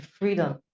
freedom